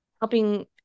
helping